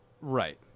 Right